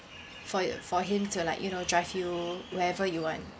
for your for him to like you know drive you wherever you want